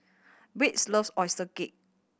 Wade's loves oyster cake